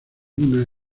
una